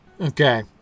Okay